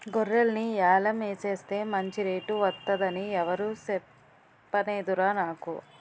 గొర్రెల్ని యాలం ఎసేస్తే మంచి రేటు వొత్తదని ఎవురూ సెప్పనేదురా నాకు